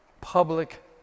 public